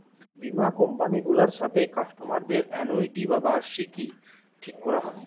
বীমা কোম্পানি গুলার সাথে কাস্টমারদের অ্যানুইটি বা বার্ষিকী ঠিক কোরা হয়